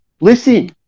Listen